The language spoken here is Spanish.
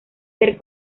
ser